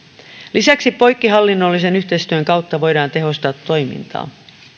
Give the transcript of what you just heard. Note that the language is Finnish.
lisäksi poikkihallinnollisen yhteistyön kautta voidaan tehostaa toimintaa